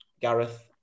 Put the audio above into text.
Gareth